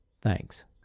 Thanks